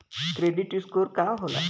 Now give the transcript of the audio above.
Credit score का होला?